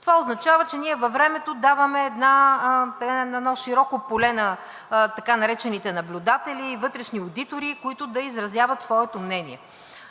това означава, че ние във времето даваме едно широко поле на така наречените наблюдатели, вътрешни одитори, които да изразяват своето мнение.